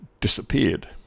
disappeared